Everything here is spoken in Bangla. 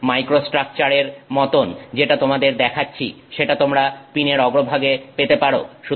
আমি মাইক্রোস্ট্রাকচার এর মতন যেটা তোমাদের দেখাচ্ছি সেটা তোমরা পিনের অগ্রভাগে পেতে পারো